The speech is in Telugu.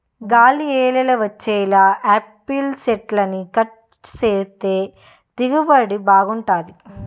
గాలి యెల్లేలా వచ్చేలా యాపిల్ సెట్లని కట్ సేత్తే దిగుబడి బాగుంటది